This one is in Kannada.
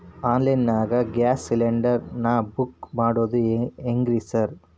ಆನ್ಲೈನ್ ನಾಗ ಗ್ಯಾಸ್ ಸಿಲಿಂಡರ್ ನಾ ಬುಕ್ ಮಾಡೋದ್ ಹೆಂಗ್ರಿ ಸಾರ್?